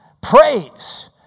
praise